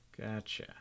Gotcha